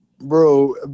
bro